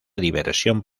diversión